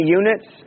units